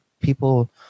people